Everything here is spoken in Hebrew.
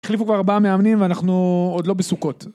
החליפו כבר ארבעה מאמנים ואנחנו... עוד לא בסוכות.